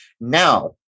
Now